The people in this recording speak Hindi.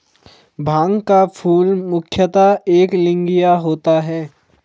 भांग का फूल मुख्यतः एकलिंगीय होता है